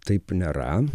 taip nėra